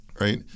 Right